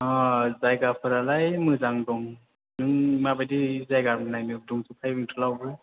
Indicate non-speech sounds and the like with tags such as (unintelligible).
अ जायगाफोरालाय मोजां दं नों माबायदि जायगा नायनो (unintelligible)